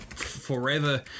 forever